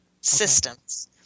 Systems